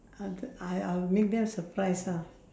uh the I I will make them surprised lah